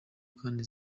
kandi